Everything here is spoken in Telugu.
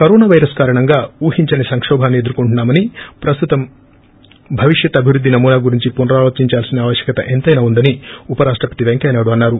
కరోనా పైరస్ కారణంగా ఊహించని సంకోభాన్ని ఎదుర్కొంటున్నామని ప్రస్తుతం భవిష్యత్ అభివృద్ది నమూనా గురించి పునరాలోచిందాల్సిన ఆవశ్యకత ఎంత్రెనా ఉందని ఉపరాష్టపతి పెంకయ్య నాయుడు అన్నారు